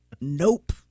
Nope